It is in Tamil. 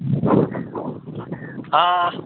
ஆ